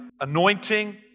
anointing